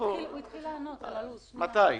תגיד מתי,